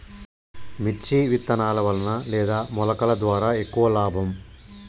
మిర్చి విత్తనాల వలన లేదా మొలకల ద్వారా ఎక్కువ లాభం?